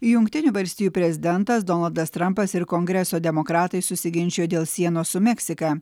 jungtinių valstijų prezidentas donaldas trampas ir kongreso demokratai susiginčijo dėl sienos su meksika